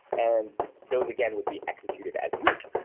and those again would be executed as root.